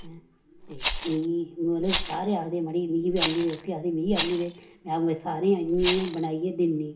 ते मिगी मतलव सारे आखदे मड़ी मिगी बी आहनी दे ओह्की आखदी मिगी आहनी दे अऊं एह् सारें आह्नियै बनाइयै दिन्नी